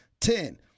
Ten